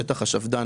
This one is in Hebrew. שטח השפד"ן,